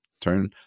turn